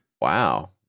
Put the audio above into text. Wow